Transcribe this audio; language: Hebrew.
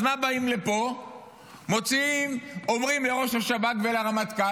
אז מה באים לפה ואומרים לראש השב"כ ולרמטכ"ל?